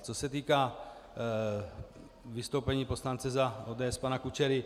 Co se týká vystoupení poslance za ODS pana Kučery.